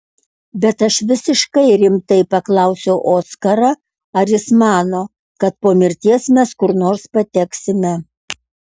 bet aš visiškai rimtai paklausiau oskarą ar jis mano kad po mirties mes kur nors pateksime